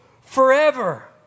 forever